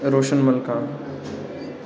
Roshan Malkan